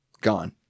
gone